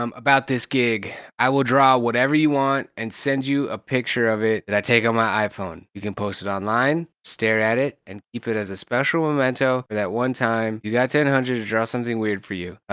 um about this gig. i will draw whatever you want and send you a picture of it that i take on my iphone. you can post it online, stare at it and keep it as a special memento of that one time you got ten hundred to draw something weird for you.